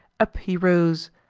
up he rose,